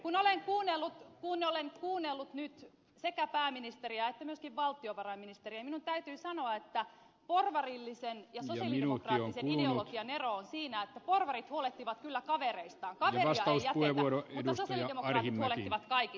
kun olen kuunnellut nyt sekä pääministeriä että myöskin valtiovarainministeriä minun täytyy sanoa että porvarillisen ja sosialidemokraattisen ideologian ero on siinä että porvarit huolehtivat kyllä kavereistaan kaveria ei jätetä mutta sosialidemokraatit huolehtivat kaikista ketään ei jätetä